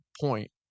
point